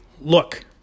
Look